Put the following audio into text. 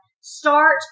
Start